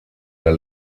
der